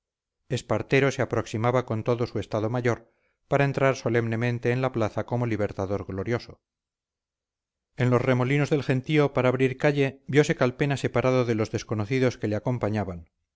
grandes espartero se aproximaba con todo su estado mayor para entrar solemnemente en la plaza como libertador glorioso en los remolinos del gentío para abrir calle viose calpena separado de los desconocidos que le acompañaban